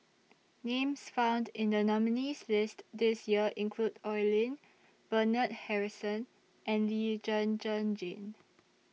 Names found in The nominees' list This Year include Oi Lin Bernard Harrison and Lee Zhen Zhen Jane